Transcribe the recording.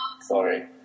Sorry